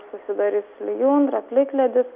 susidarys lijundra plikledis